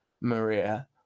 Maria